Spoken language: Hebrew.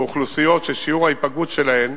באוכלוסיות ששיעור ההיפגעות שלהן